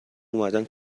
اومدن